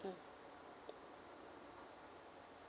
mm